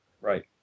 Right